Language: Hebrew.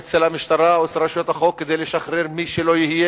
אצל המשטרה או אצל רשויות החוק כדי לשחרר מי שלא יהיה,